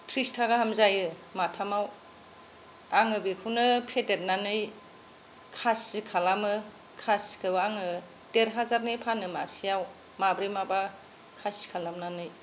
थ्रिसथा गाहाम जायो माथामाव आङो बेखौनो फेदेरनानै खासि खालामो खासिखौ आङो देर हाजारनि फानो मासेयाव माब्रै माबा खासि खालामनानै